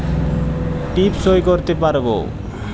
টিপ সই করতে পারবো?